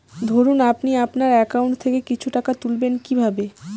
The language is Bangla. ধরুন আপনি আপনার একাউন্ট থেকে কিছু টাকা তুলবেন কিভাবে?